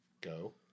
Go